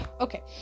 okay